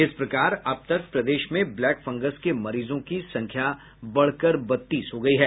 इस प्रकार अब तक प्रदेश में ब्लैक फंगस के मरीजों की संख्या बढ़कर बत्तीस हो गयी है